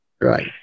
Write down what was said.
Right